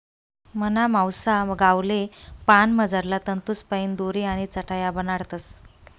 मना मावसा गावले पान मझारला तंतूसपाईन दोरी आणि चटाया बनाडतस